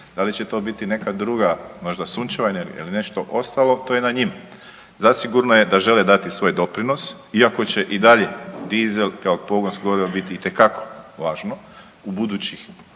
da li će to biti neka druga možda sunčeva energija ili nešto ostalo to je na njima, zasigurno je da žele dati svoj doprinos iako će i dalje dizel kao pogonsko gorivo biti itekako važno u budućih